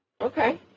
Okay